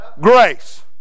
grace